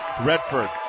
Redford